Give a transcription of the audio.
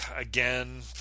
again